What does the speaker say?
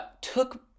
took